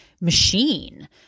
machine